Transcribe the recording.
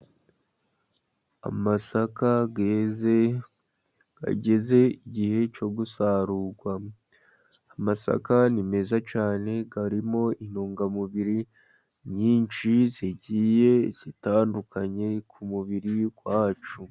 Amasaka yeze , ageze igihe cyo gusarurwa . Amasaka ni meza cyane . Harimo intungamubiri nyinshi zigiye zitandukanye mu mubiri wacu .